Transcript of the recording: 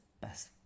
best